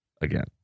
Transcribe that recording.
again